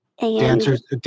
Dancers